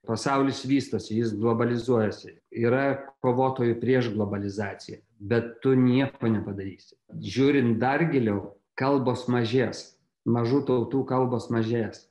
pasaulis vystosi jis globalizuojasi yra kovotojų prieš globalizaciją bet tu nieko nepadarysi žiūrint dar giliau kalbos mažės mažų tautų kalbos mažės